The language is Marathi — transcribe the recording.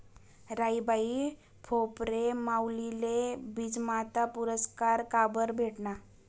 राहीबाई फोफरे माउलीले बीजमाता पुरस्कार काबरं भेटना?